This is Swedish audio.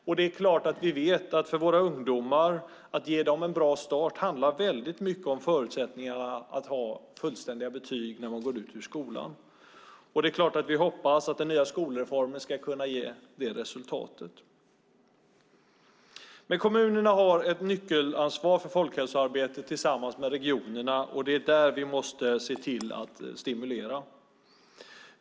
Vi vet att för att våra ungdomar ska kunna få en bra start handlar det mycket om att ha fullständiga betyg när de går ut skolan. Vi hoppas att den nya skolreformen ska kunna ge det resultatet. Kommunerna har tillsammans med regionerna ett nyckelansvar för folkhälsoarbetet. Det är där vi måste se till att stimulera.